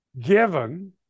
given